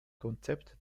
konzept